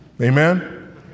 Amen